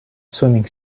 swimming